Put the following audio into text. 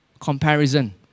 comparison